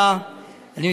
12247,